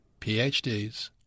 PhDs